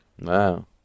Wow